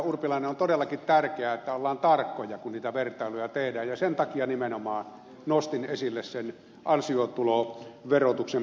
urpilainen on todellakin tärkeää että ollaan tarkkoja kun niitä vertailuja tehdään ja sen takia nimenomaan nostin esille sen ansiotuloverotuksen profiilin